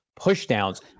pushdowns